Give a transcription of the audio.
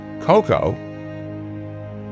Coco